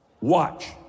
Watch